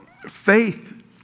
faith